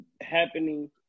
happening